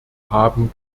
haben